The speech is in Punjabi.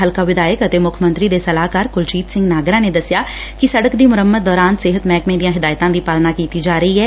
ਹਲਕਾ ਵਿਧਾਇਕ ਅਤੇ ਮੁੱਖ ਮੰਤਰੀ ਦੇ ਸਲਾਹਕਾਰ ਕੁਲਜੀਤ ਸਿੰਘ ਨਾਗਰਾ ਨੇ ਦਸਿਆ ਕਿ ਸੜਕ ਦੀ ਮੁਰੰਮਤ ਦੌਰਾਨ ਸਿਹਤ ਮਹਿਕਮੇ ਦੀਆਂ ਹਦਾਇਤਾਂ ਦੀ ਪਾਲਣਾ ਕੀਤੀ ਜਾ ਰਹੀ ਐ